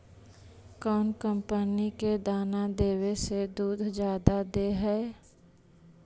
कौन कंपनी के दाना देबए से दुध जादा दे है?